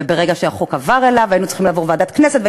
וברגע שהחוק עבר אליו היינו צריכים לעבור ועדת כנסת,